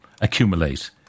accumulate